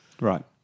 Right